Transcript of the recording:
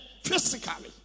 physically